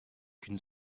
qu’une